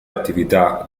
attività